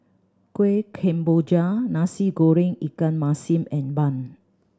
Kuih Kemboja Nasi Goreng ikan masin and bun